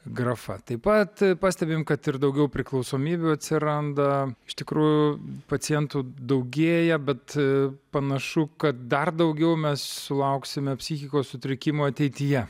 grafa taip pat pastebim kad ir daugiau priklausomybių atsiranda iš tikrųjų pacientų daugėja bet panašu kad dar daugiau mes sulauksime psichikos sutrikimų ateityje